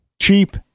Cheap